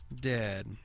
Dead